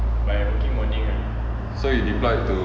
so you deployed to